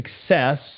success